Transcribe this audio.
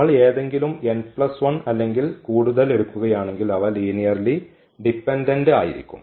നമ്മൾ ഏതെങ്കിലും n1 അല്ലെങ്കിൽ കൂടുതൽ എടുക്കുകയാണെങ്കിൽ അവ ലീനിയർലി ഡിപെൻഡന്റ് ആയിരിക്കും